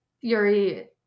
Yuri